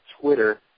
Twitter